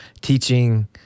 teaching